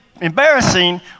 embarrassing